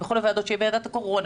בכל הוועדות של הקורונה,